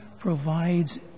provides